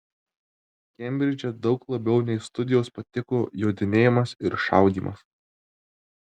kembridže daug labiau nei studijos patiko jodinėjimas ir šaudymas